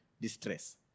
distress